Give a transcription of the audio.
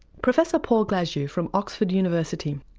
professor paul glasziou from oxford university.